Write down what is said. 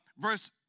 verse